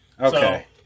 Okay